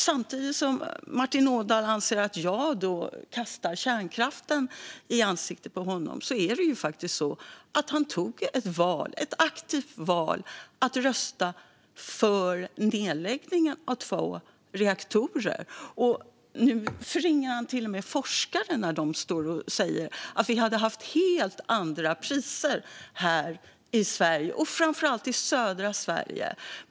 Samtidigt som Martin Ådahl anser att jag kastar kärnkraften i ansiktet på honom gjorde han ett aktivt val att rösta för nedläggningen av två reaktorer. Nu förringar han till och med forskarna när de säger att det hade varit helt andra priser framför allt i södra Sverige.